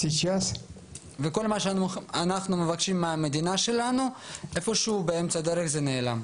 כל מה שאנחנו מבקשים מהמדינה שלנו נעלם איפשהו באמצע הדרך.